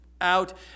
out